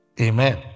Amen